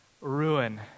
ruin